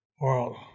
world